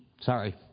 sorry